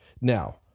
Now